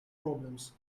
problems